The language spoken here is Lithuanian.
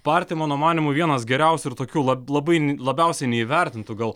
parti mano manymu vienas geriausių ir tokių labai labiausiai neįvertintų gal